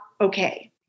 okay